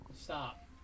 stop